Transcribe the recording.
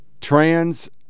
trans